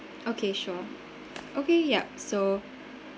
okay sure okay ya so